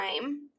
time